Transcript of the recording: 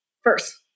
First